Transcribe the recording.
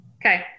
Okay